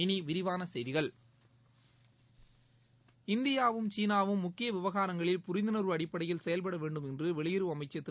இனி விரிவான செய்திகள் இந்தியாவும் சீனாவும் முக்கிய விவகாரங்களில் புரிந்துணர்வு அடிப்படையில் செயல்பட வேண்டும் என்று வெளியுறவு அமைச்சர் திரு